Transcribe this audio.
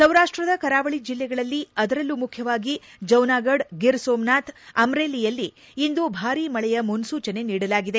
ಸೌರಾಷ್ಟದ ಕರಾವಳಿ ಜಿಲ್ಲೆಗಳಲ್ಲಿ ಅದರಲ್ಲೂ ಮುಖ್ಯವಾಗಿ ಜೌನಾಗಡ್ ಗಿರ್ ಸೋಮ್ನಾಥ್ ಅಮ್ರೇಲಿಯಲ್ಲಿ ಇಂದು ಭಾರೀ ಮಳೆಯ ಮುನ್ನೂಚನೆ ನೀಡಲಾಗಿದೆ